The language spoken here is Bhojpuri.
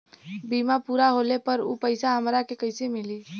बीमा पूरा होले पर उ पैसा हमरा के कईसे मिली?